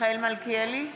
מיכאל מלכיאלי,